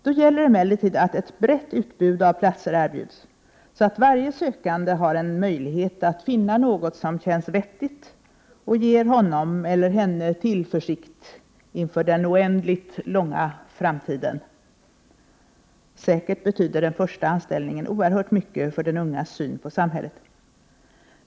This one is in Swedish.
Då gäller det emellertid att ett brett utbud av platser erbjuds, så att varje sökande har en möjlighet att finna något som känns vettigt och ger honom eller henne tillförsikt inför den oändligt långa framtiden. Säkert betyder den första anställningen oerhört mycket för den unges syn på samhället.